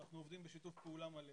אנחנו עובדים בשיתוף פעולה מלא